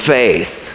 faith